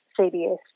CBS